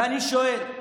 ואני שואל,